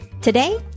Today